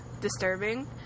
disturbing